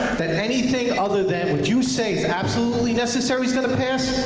that anything other than what you say is absolutely necessary is gonna pass,